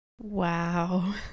Wow